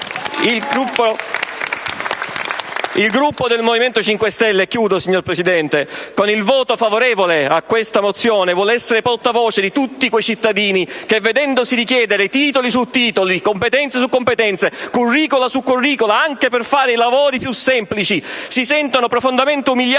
Il Gruppo del Movimento 5 Stelle ‑ e concludo, signor Presidente - con il voto favorevole a questa mozione vuole essere portavoce di tutti quei cittadini che, vedendosi richiedere titoli su titoli, competenze su competenze, *curricula* su *curricula*, anche per fare i lavori più semplici, si sentono profondamente umiliati